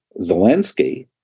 Zelensky